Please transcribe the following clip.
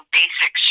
basic